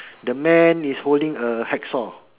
the man is holding a hacksaw